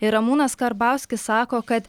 ir ramūnas karbauskis sako kad